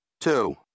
Two